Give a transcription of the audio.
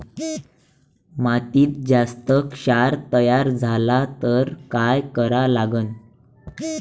मातीत जास्त क्षार तयार झाला तर काय करा लागन?